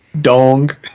Dong